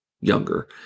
younger